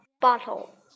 bottle